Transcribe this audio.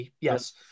Yes